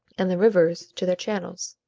and the rivers to their channels.